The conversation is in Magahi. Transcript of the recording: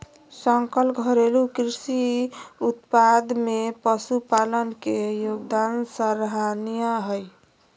सकल घरेलू कृषि उत्पाद में पशुपालन के योगदान सराहनीय हइ